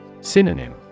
Synonym